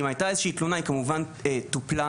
ואם הייתה תלונה, היא כמובן טופלה.